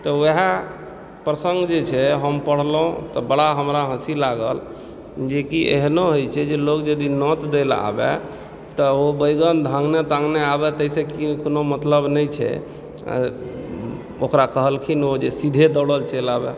तऽ उएह प्रसङ्ग जे छै हम पढ़लहुँ तऽ बड़ा हमरा हँसी लागल जे कि एहनो होइत छै कि जे लोक यदि नोत दै ले आबय तऽ ओ बैगन धाङ्गने ताङ्गने आबय ताहिसँ किओ कोनो मतलब नहि छै ओकरा कहलखिन ओ जे सीधे दौड़ल चलि आबय